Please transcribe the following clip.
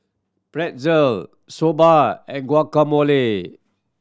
Pretzel Soba and Guacamole